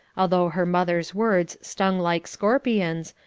although her mother's words stung like scorpions,